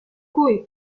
cui